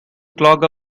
clog